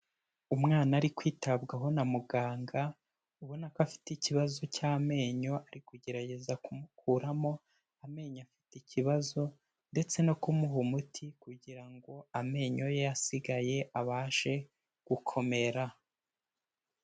Umwana ari kwitabwaho na muganga ubona ko afite ikibazo cy'amenyo ari kugerageza kumukuramo amenyo afite ikibazo ndetse no kumuha umuti kugira ngo amenyo ye yasigaye abashe gukomera.